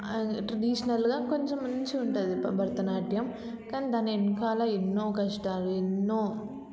ట్రెడిషనల్గా కొంచెం మంచిగా ఉంటుంది భరతనాట్యం కానీ దాని వెనకాల ఎన్నో కష్టాలు ఎన్నో